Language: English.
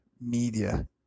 media